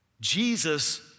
Jesus